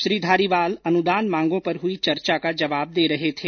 श्री धारीवाल अनुदान मांगों पर हुई चर्चा का जवाब दे रहे थे